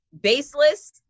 baseless